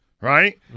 right